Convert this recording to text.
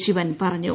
ശിവൻ പറഞ്ഞു